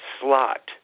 slot